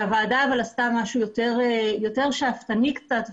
אבל וועדה עשתה משהו יותר שאפתני קצת,